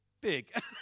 big